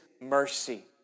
mercy